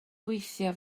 gweithio